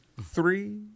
three